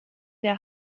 der